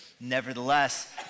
Nevertheless